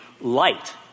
light